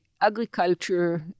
agriculture